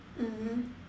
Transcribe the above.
mmhmm